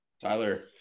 Tyler